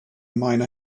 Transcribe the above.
miner